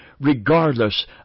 regardless